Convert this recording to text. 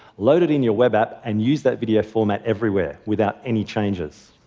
load it in your web app, and use that video format everywhere without any changes.